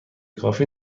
کافی